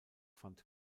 fand